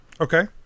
Okay